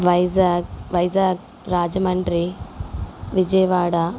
Vizag Vizag Rajahmundry Vijayawada